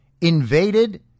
invaded